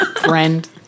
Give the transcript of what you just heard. Friend